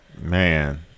Man